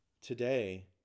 Today